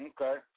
Okay